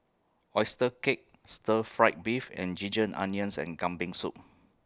Oyster Cake Stir Fry Beef and Ginger Onions and Kambing Soup